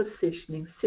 positioning